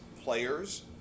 players